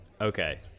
Okay